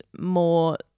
more